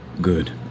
Good